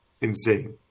insane